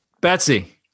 Betsy